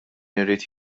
irid